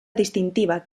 distintiva